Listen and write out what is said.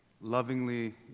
lovingly